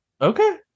Okay